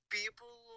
people